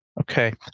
okay